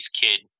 Kid